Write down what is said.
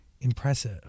Impressive